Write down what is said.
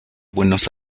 buenos